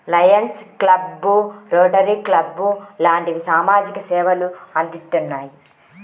Lions club, Rotary club లాంటివి సామాజిక సేవలు అందిత్తున్నాయి